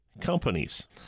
companies